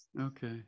Okay